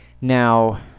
Now